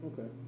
Okay